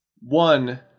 one